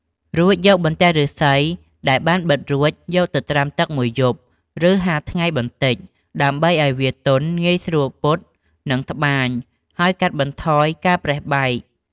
រួចយកបន្ទះឫស្សីដែលបានបិតរួច យកទៅត្រាំទឹកមួយយប់ ឬហាលថ្ងៃបន្តិច ដើម្បីឱ្យវាទន់ ងាយស្រួលពត់ និងត្បាញ ហើយកាត់បន្ថយការប្រេះបែក។